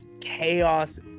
chaos